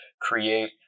create